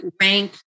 rank